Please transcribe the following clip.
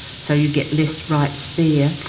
so you get less rights there.